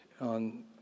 on